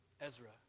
Ezra